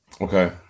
Okay